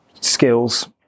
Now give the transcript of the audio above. skills